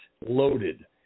loaded